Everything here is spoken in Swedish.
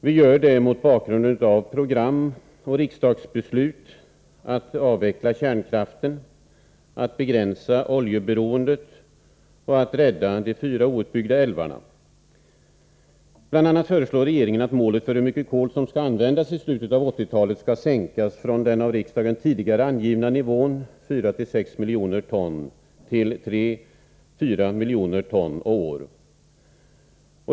Vi gör det mot bakgrund av program och riksdagsbeslut att avveckla kärnkraften, att begränsa oljeberoendet och att rädda de fyra outbyggda älvarna. Bl. a. föreslår regeringen att målet för hur mycket kol som skall användas i slutet av 1980-talet skall sänkas från den av riksdagen tidigare angivna nivån 4 å 6 miljoner ton till 3 å 4 miljoner ton.